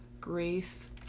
grace